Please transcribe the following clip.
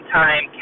time